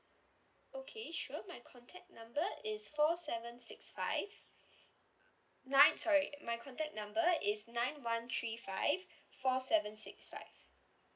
okay sure my contact number is four seven six five nine sorry my contact number is nine one three five four seven six five